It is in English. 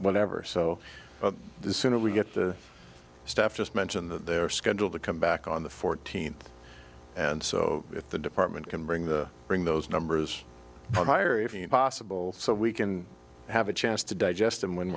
whatever so the sooner we get the stuff just mentioned that they're scheduled to come back on the fourteenth and so with the department can bring the bring those numbers are higher if you possible so we can have a chance to digest them when